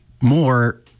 more